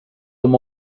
them